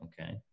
okay